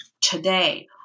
today